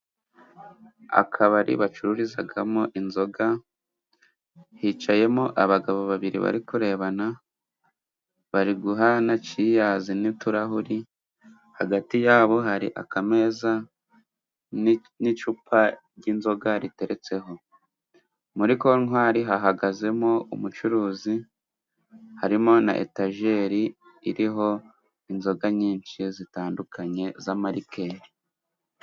Akabari bacururizamo inzoga hicayemo abagabo babiri bari kurebana bari guhana ciyazi n'uturahuri hagati yabo hari akameza n'icupa ry'inzoga riteretseho. Muri kontwari hahagazemo umucuruzi harimo na etajeri iriho inzoga nyinshi zitandukanye zamarikeri.